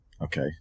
okay